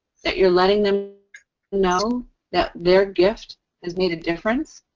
that you're letting them know that their gift has made a difference.